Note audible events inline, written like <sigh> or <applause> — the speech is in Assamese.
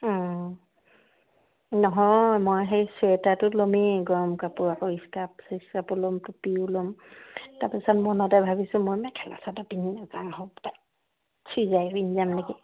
অ নহয় মই সেই চুৱেটাৰটো ল'মেই গৰম কাপোৰ আকৌ স্কাফ চিচকাফো ল'ম টুপিও ল'ম তাৰপিছত মনতে ভাবিছোঁ মই মেখেলা চাদৰ পিন্ধি <unintelligible> চুইজাৰেই পিন্ধি যাম নেকি